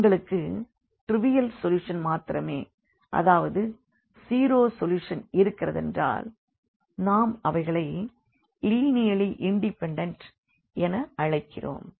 உங்களுக்கு trivial solution மாத்திரமே அதாவது 0 சொல்யூஷன் இருக்கிறதென்றால் நாம் அவைகளை லீனியர்லி இண்டிபெண்டன்ட் என அழைக்கிறோம்